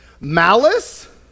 Malice